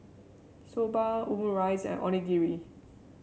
Soba Omurice and Onigiri